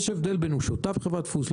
אפילו מינימלית, בבית דפוס.